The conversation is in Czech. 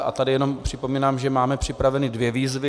A tady jenom připomínám, že máme připraveny dvě výzvy.